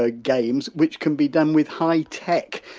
ah games which can be done with high tech,